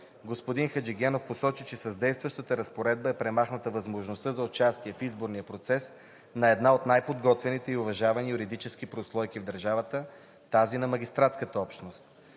Господин Хаджигенов посочи, че с действащата разпоредба е премахната възможността за участие в изборния процес на една от най-подготвените и уважавани юридически прослойки в държавата – тази на магистратската общност.